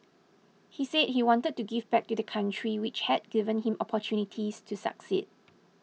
he said he wanted to give back to the country which had given him opportunities to succeed